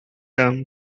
term